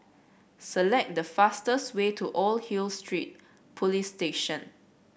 select the fastest way to Old Hill Street Police Station